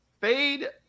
fade